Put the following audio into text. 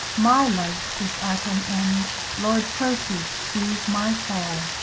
my life is at an end lord percy sees my fall.